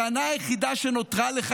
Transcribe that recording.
הטענה היחידה שנותרה לך,